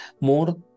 more